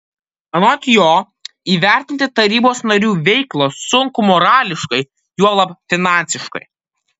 anot jo įvertinti tarybos narių veiklą sunku morališkai juolab finansiškai